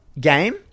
game